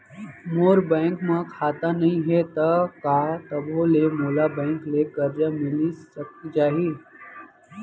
मोर bank म खाता नई हे त का तभो ले मोला बैंक ले करजा मिलिस जाही?